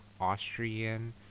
Austrian